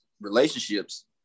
relationships